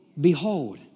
Behold